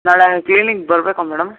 ನಾಳೆ ಕ್ಲಿನಿಕ್ ಬರಬೇಕ ಮೇಡಮ್